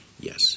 Yes